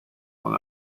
long